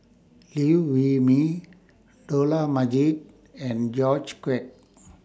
Liew Wee Mee Dollah Majid and George Quek